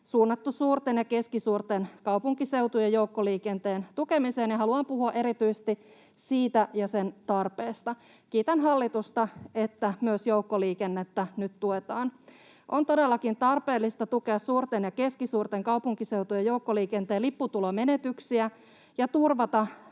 suunnattu suurten ja keskisuurten kaupunkiseutujen joukkoliikenteen tukemiseen, ja haluan puhua erityisesti siitä ja sen tarpeesta. Kiitän hallitusta, että myös joukkoliikennettä nyt tuetaan. On todellakin tarpeellista tukea suurten ja keskisuurten kaupunkiseutujen joukkoliikenteen lipputulomenetyksiä ja turvata